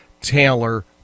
Taylor